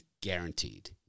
guaranteed